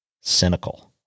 cynical